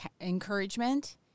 encouragement